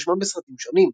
והוא הושמע בסרטים שונים.